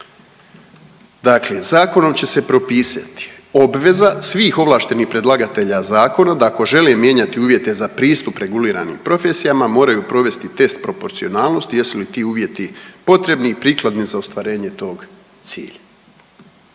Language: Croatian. Dakle, zakonom će se propisati obveza svih ovlaštenih predlagatelja zakona da ako žele mijenjati uvjete za pristup reguliranim profesijama moraju provesti test proporcionalnosti jesu li ti uvjeti potrebni i prikladni za ostvarenje tog cilja.